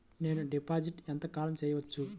నేను డిపాజిట్ ఎంత కాలం చెయ్యవచ్చు?